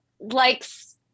likes